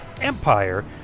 EMPIRE